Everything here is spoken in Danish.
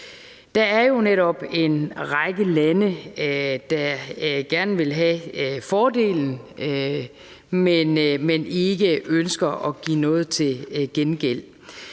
Der er jo netop en række lande, der gerne vil have fordelen, men ikke ønsker at give noget til gengæld.